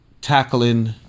tackling